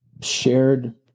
shared